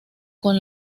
con